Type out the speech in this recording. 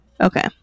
okay